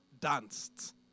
danced